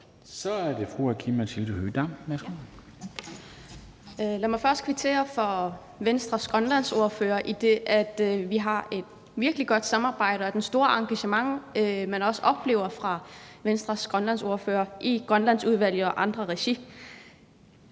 Høegh-Dam (SIU): Tak. Lad mig først kvittere over for Venstres grønlandsordfører, idet vi har et virkelig godt samarbejde, og for det store engagement, man også oplever fra Venstres grønlandsordfører i Grønlandsudvalget og andre regier.